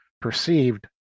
perceived